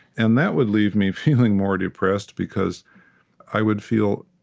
and that would leave me feeling more depressed, because i would feel,